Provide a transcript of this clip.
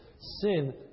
sin